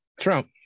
Trump